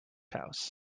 house